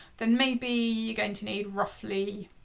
then maybe you're going to need roughly,